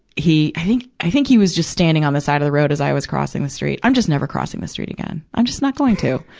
he i think, i think he was just standing on the side of the road as i was crossing the street. i'm just never crossing the street again. i'm just not going to.